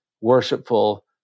worshipful